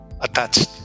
attached